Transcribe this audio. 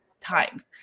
times